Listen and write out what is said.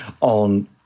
on